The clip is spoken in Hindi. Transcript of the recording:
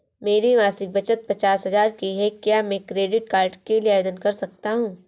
मेरी मासिक बचत पचास हजार की है क्या मैं क्रेडिट कार्ड के लिए आवेदन कर सकता हूँ?